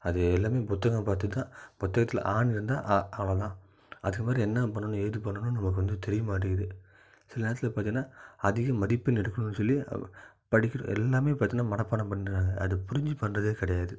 அது எல்லாமே புத்தகம் பார்த்துதான் புத்தகத்தில் ஆன்னு இருந்தால் ஆ அவ்வளோதான் அதுமாதிரி என்ன பண்ணனும் ஏது பண்ணனும்னு நமக்கு வந்து தெரியமாட்டேங்குது சில நேரத்தில் பார்த்தீனா அதிக மதிப்பெண் எடுக்கணும்னு சொல்லி படிக்கிறது எல்லாமே பார்த்தீனா மனப்பாடம் பண்ணுறாங்க அதை புரிந்து பண்ணுறதே கிடையாது